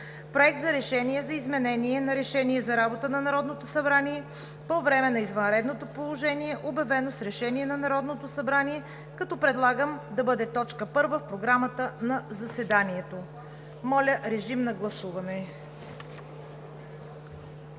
Проект на решение за изменение на Решение за работата на Народното събрание по време на извънредното положение, обявено с Решение на Народното събрание, като предлагам да бъде точка първа в Програмата за заседанието. Моля, режим на гласуване.